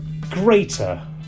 greater